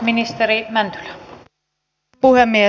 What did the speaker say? arvoisa puhemies